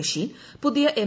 machine പുതിയ M